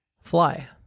fly